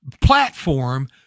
platform